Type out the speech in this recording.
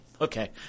Okay